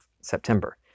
September